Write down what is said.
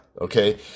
Okay